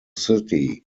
city